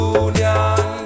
union